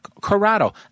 Corrado